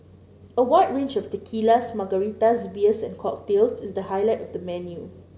a wide range of tequilas margaritas beers and cocktails is the highlight of the menu